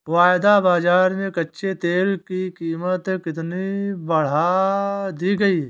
वायदा बाजार में कच्चे तेल की कीमत कितनी बढ़ा दी गई है?